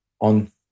on